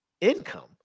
income